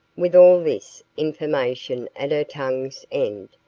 with all this information at her tongue's end,